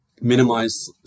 minimize